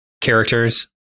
characters